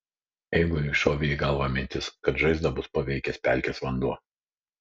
eiguliui šovė į galvą mintis kad žaizdą bus paveikęs pelkės vanduo